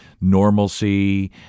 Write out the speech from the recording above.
normalcy